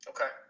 Okay